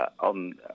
on